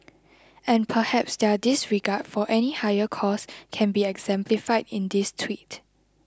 and perhaps their disregard for any higher cause can be exemplified in this tweet